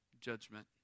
judgment